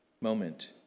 moment